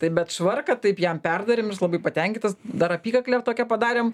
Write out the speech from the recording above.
tai bet švarką taip jam perdarėm ir jis labai patenkintas dar apykaklę tokią padarėm